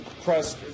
press